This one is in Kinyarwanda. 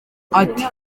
ati